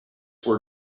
were